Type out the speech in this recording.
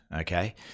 okay